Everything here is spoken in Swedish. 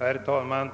Herr talman!